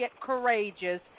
courageous